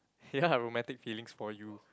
ya romantic feelings for you